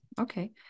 Okay